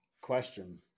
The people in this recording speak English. question